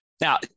Now